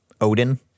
Odin